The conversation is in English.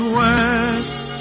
west